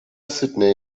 sydney